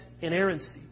inerrancy